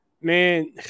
Man